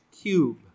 cube